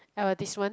advertisement